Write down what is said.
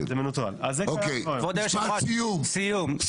משפט סיום.